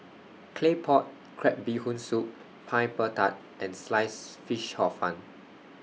Claypot Crab Bee Hoon Soup Pineapple Tart and Sliced Fish Hor Fun